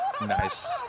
Nice